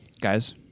Guys